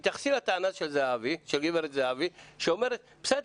תתייחסי לטענה של גב' זהבי שאומרת 'בסדר,